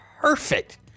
perfect